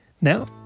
Now